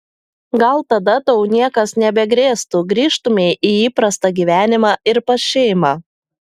gal tada tau niekas nebegrėstų grįžtumei į įprastą gyvenimą ir pas šeimą